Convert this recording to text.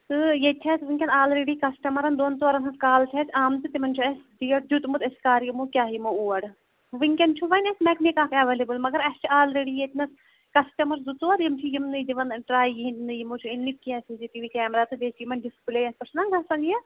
تہٕ ییٚتہِ چھُ اَسہِ وٕنۍکٮ۪ن آلرٮ۪ڈی کَسٹَمَرَن دۄن ژورَن ہٕنٛز کالہٕ چھےٚ اَسہِ آمژٕ تِمَن چھُ اَسہِ ڈیٹ دیُتمُت أسۍ کَر یِمو کیٛاہ یِمو اور وٕنۍکٮ۪ن چھُ وۄنۍ اَسہِ مٮ۪کنِک اَکھ اٮ۪ویلیبٕل مگر اَسہِ چھِ آلرٮ۪ڈی ییٚتِنَس کَسٹَمَر زٕ ژور یِم چھِ یِمنٕے دِوان ٹرٛاے یِہنٛدۍ یِمو چھِ أنۍمٕتۍ کیٚنٛہہ C C T V camera تہٕ بیٚیہِ ٲسۍ یِمَن ڈِسپٕٕلے یَس پٮ۪ٹھ چھُنا گَژھان یہِ